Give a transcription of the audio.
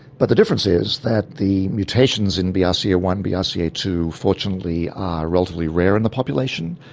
but the difference is that the mutations in b r ah c a one, b r c a two fortunately are relatively rare in the population.